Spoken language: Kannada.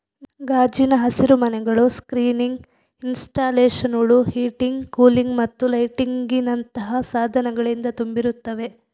ಗಾಜಿನ ಹಸಿರುಮನೆಗಳು ಸ್ಕ್ರೀನಿಂಗ್ ಇನ್ಸ್ಟಾಲೇಶನುಳು, ಹೀಟಿಂಗ್, ಕೂಲಿಂಗ್ ಮತ್ತು ಲೈಟಿಂಗಿನಂತಹ ಸಾಧನಗಳಿಂದ ತುಂಬಿರುತ್ತವೆ